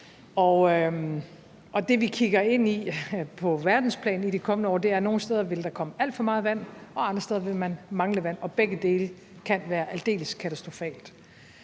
det, vi kigger ind i på verdensplan i de kommende år, er, at nogle steder vil der komme alt for meget vand og andre steder vil man mangle vand, og begge dele kan være aldeles katastrofalt.